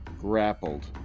Grappled